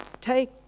Take